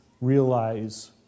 realize